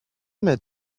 met